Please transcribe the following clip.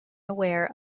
aware